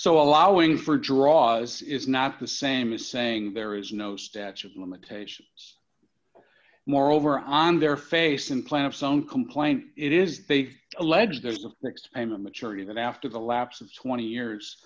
so allowing for draws is not the same as saying there is no statute of limitations moreover on their face and plan of some complaint it is they allege there's a next payment maturity that after the lapse of twenty years